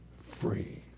free